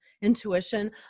intuition